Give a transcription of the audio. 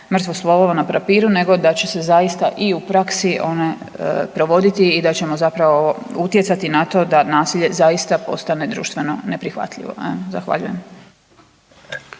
mrtvo slovo na papiru nego da će se zaista i u praksi one provoditi i da ćemo zapravo utjecati na to da nasilje zaista postane društveno neprihvatljivo. Zahvaljujem.